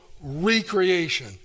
recreation